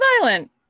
violent